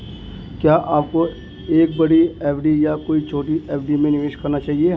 क्या आपको एक बड़ी एफ.डी या कई छोटी एफ.डी में निवेश करना चाहिए?